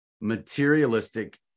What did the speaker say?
materialistic